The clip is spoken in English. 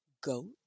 Goat